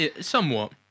Somewhat